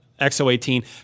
XO18